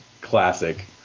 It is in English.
classic